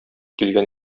килгән